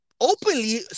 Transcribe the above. openly